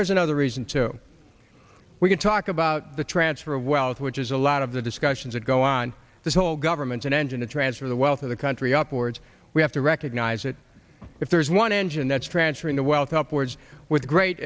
there's another reason too we can talk about the transfer of wealth which is a lot of the discussions that go on this whole government an engine to transfer the wealth of the country upwards we have to recognize that if there's one engine that's transferring the wealth upwards with great